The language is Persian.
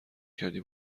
کردی